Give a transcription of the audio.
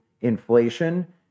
inflation